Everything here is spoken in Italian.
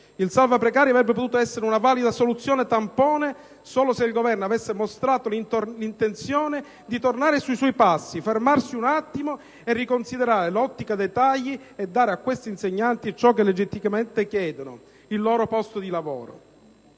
Il salva precari avrebbe potuto essere una valida soluzione tampone solo se il Governo avesse mostrato l'intenzione di tornare sui suoi passi, fermarsi un attimo e riconsiderare l'ottica dei tagli, e dare a questi insegnanti ciò che legittimamente chiedono: il loro posto di lavoro.